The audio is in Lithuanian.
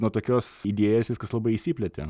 nuo tokios idėjos viskas labai išsiplėtė